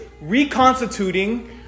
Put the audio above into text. reconstituting